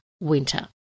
winter